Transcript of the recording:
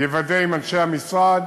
אוודא עם אנשי המשרד